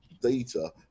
data